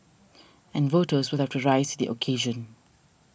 and voters will have to rise to the occasion